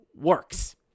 works